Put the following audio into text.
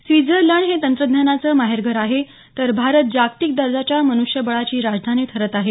Switzerland हे तंत्रज्ञानाचं माहेरघर आहे तर भारत जागतीक दर्जाच्या मन्ष्यबळाची राजधानी ठरत आहे